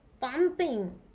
pumping